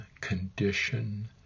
condition